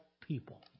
people